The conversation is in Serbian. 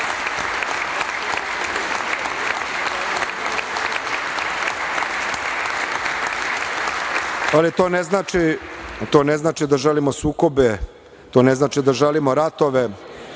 ne znači da želimo sukobe, to ne znači da želimo ratove.